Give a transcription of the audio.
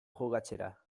jokatzera